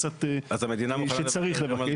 קצת שצריך לבקש,